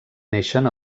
neixen